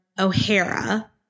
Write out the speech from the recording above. O'Hara